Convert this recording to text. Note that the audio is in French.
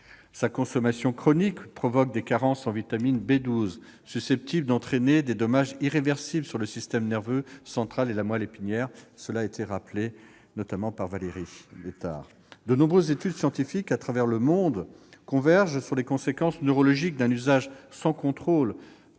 Sa consommation chronique provoque des carences en vitamine B12 susceptibles d'entraîner des dommages irréversibles sur le système nerveux central et la moelle épinière. Cela a été rappelé, notamment par Valérie Létard. De nombreuses études scientifiques à travers le monde convergent sur les conséquences neurologiques de l'inhalation sans contrôle